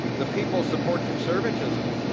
the people support conservatism,